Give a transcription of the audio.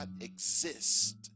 exist